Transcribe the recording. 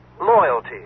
loyalty